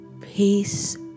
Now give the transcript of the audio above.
peace